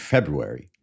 February